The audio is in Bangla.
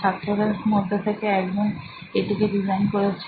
ছাত্রদের মধ্যে থেকে একজন এটিকে ডিজাইন করেছেন